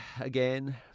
again